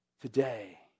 today